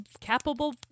capable